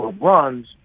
runs